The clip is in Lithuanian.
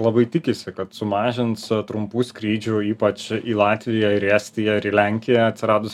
labai tikisi kad sumažins trumpų skrydžių ypač į latviją ir į estiją ir į lenkiją atsiradus